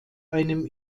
einem